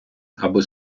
аби